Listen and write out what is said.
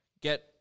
get